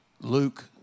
Luke